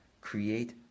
create